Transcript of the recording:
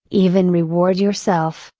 even reward yourself,